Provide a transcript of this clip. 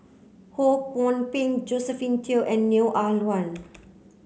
Ho Kwon Ping Josephine Teo and Neo Ah Luan